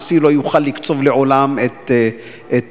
הנשיא לא יוכל לקצוב לעולם את עונשו.